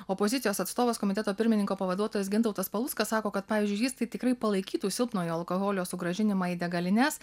opozicijos atstovas komiteto pirmininko pavaduotojas gintautas paluckas sako kad pavyzdžiui jis tai tikrai palaikytų silpnojo alkoholio sugrąžinimą į degalines